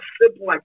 simple